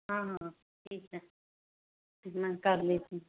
हां हां ठीक है मैं कर लेती हूं